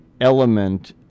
element